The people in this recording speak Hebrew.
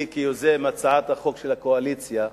אני, כיוזם הצעת החוק של הקואליציה,